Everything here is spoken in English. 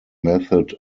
method